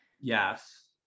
Yes